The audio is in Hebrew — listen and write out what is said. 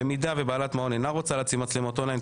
במידה ובעלת מעון אינה רוצה להציב מצלמות און ליין,